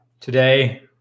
today